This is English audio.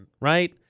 right